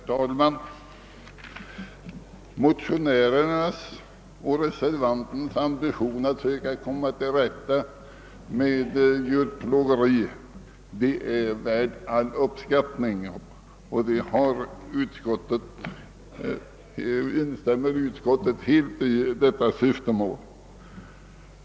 Herr talman! Motionärernas och reservantens ambition att söka komma till rätta med djurplågeri är värd all uppskattning och utskottet instämmer helt i detta syftemål.